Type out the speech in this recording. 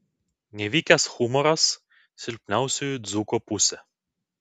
nevykęs humoras silpniausioji dzūko pusė